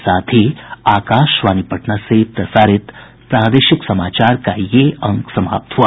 इसके साथ ही आकाशवाणी पटना से प्रसारित प्रादेशिक समाचार का ये अंक समाप्त हुआ